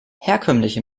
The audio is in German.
herkömmliche